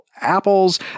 apples